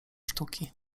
sztuki